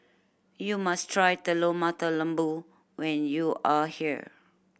you must try Telur Mata Lembu when you are here